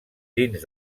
dins